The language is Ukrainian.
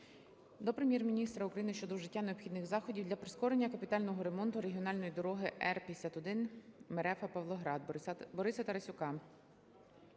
до Прем'єр-міністра України щодо вжиття необхідних заходів для прискорення капітального ремонту регіональної дороги Р-51 Мерефа - Павлоград. Бориса Тарасюка